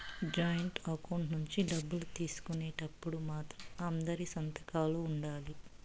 joint account నుంచి డబ్బులు తీసుకునేటప్పుడు మాత్రం అందరి సంతకాలు ఉండాలి